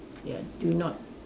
ya do not